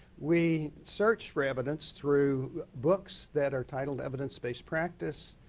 we searched for evidence through books that are titled evidence base practice.